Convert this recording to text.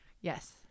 Yes